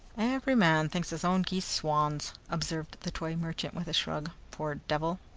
every man thinks his own geese swans, observed the toy merchant with a shrug. poor devil!